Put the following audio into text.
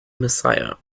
messiah